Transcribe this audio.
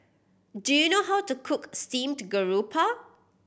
do you know how to cook steamed garoupa